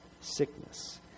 sickness